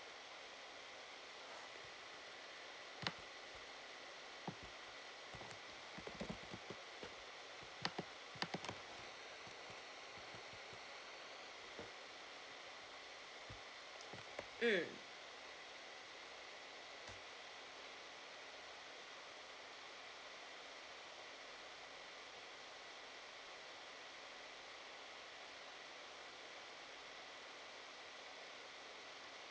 mm